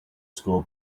school